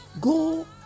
Go